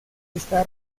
está